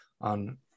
on